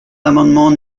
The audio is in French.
l’amendement